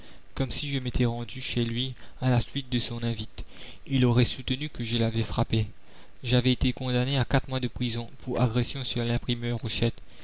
comme si je m'étais rendu chez lui à la suite de son invite il aurait soutenu que je l'avais frappé j'avais été condamné à quatre mois de prison pour agression sur l'imprimeur rochette